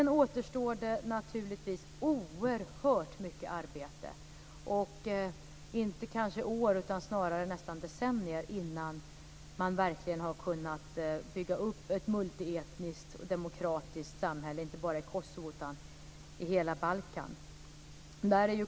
Naturligtvis återstår oerhört mycket arbete och många decennier kanske snarare än år innan man verkligen har kunnat bygga upp ett multietniskt och demokratiskt samhälle inte bara i Kosovo utan i hela Balkan.